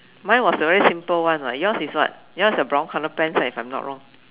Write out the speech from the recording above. mine was the very simple one [what] yours is what yours is the brown colour pants right if I'm not wrong